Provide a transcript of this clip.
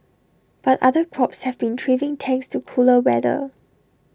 but other crops have been thriving thanks to cooler weather